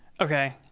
Okay